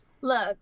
Look